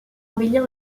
embellir